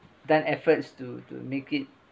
done efforts to to make it